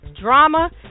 drama